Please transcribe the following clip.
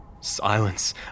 Silence